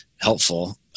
helpful